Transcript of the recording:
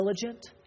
diligent